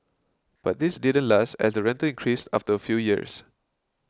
but this didn't last as the rental increased after a few years